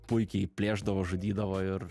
puikiai plėšdavo žudydavo ir